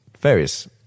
various